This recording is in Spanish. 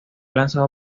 lanzado